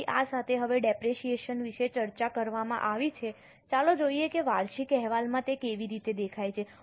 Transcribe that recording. તેથી આ સાથે હવે ડેપરેશીયેશન વિશે ચર્ચા કરવામાં આવી છે ચાલો જોઈએ કે વાર્ષિક અહેવાલમાં તે કેવી રીતે દેખાય છે